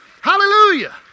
Hallelujah